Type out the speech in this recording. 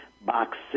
Box